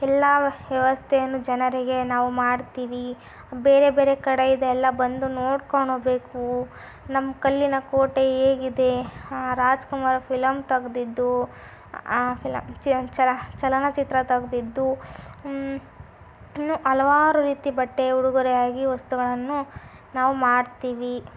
ಎಲ್ಲ ವ್ಯವಸ್ಥೆಯೂ ಜನರಿಗೆ ನಾವು ಮಾಡ್ತೀವಿ ಬೇರೆ ಬೇರೆ ಕಡೆಯಿಂದೆಲ್ಲ ಬಂದು ನೋಡ್ಕೊಂಡು ಹೋಗಬೇಕು ನಮ್ಮ ಕಲ್ಲಿನ ಕೋಟೆ ಹೇಗಿದೆ ಆ ರಾಜ್ ಕುಮಾರ್ ಫಿಲಮ್ ತೆಗ್ದಿದ್ದು ಆ ಫಿಲಮ್ ಚಲ ಚಲ ಚಲನಚಿತ್ರ ತೆಗ್ದಿದ್ದು ಇನ್ನೂ ಹಲವಾರು ರೀತಿಯ ಬಟ್ಟೆ ಉಡುಗೊರೆಯಾಗಿ ವಸ್ತುಗಳನ್ನು ನಾವು ಮಾಡ್ತೀವಿ